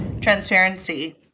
transparency